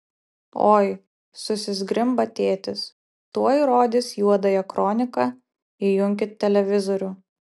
oi susizgrimba tėtis tuoj rodys juodąją kroniką įjunkit televizorių